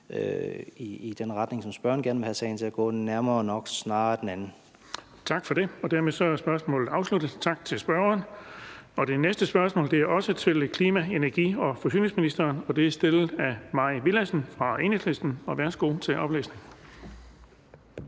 i den retning, som spørgeren gerne vil have sagen til at gå, men nok snarere den anden. Kl. 16:43 Den fg. formand (Erling Bonnesen): Tak for det. Dermed er spørgsmålet afsluttet. Tak til spørgeren. Det næste spørgsmål er også til klima-, energi- og forsyningsministeren, og det er stillet af Mai Villadsen fra Enhedslisten. Kl. 16:43 Spm. nr.